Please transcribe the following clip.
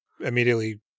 immediately